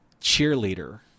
cheerleader